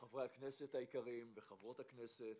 חברי הכנסת היקרים וחברות הכנסת,